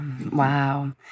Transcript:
Wow